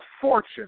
fortune